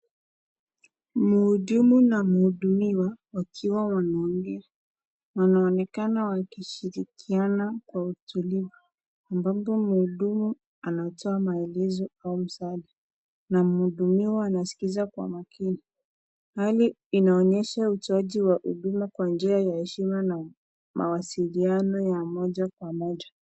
Mhudumu na mhudumiwa wakiwa wanaongea. Wanaonekana wakishirikiana kwa utulivu. Mhudumu anatoa maelezo au msaada na mhudumiwa anasikiliza kwa makini. Hali inaonyesha utoaji wa huduma kwa njia ya heshima na mawasiliano ya moja kwa moja.